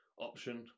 option